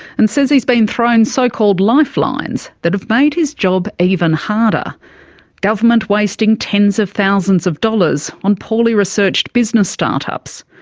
and says he's been thrown so-called life lines that have made his job even harder government wasting tens of thousands of dollars on poorly researched business start-ups,